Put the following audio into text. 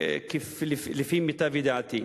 לפי מיטב ידיעתי.